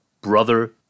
brother